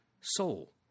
soul